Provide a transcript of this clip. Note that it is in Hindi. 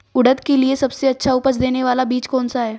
उड़द के लिए सबसे अच्छा उपज देने वाला बीज कौनसा है?